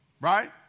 Right